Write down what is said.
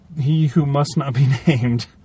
he-who-must-not-be-named